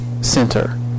Center